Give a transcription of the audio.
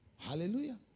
Hallelujah